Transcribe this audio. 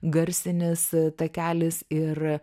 garsinis takelis ir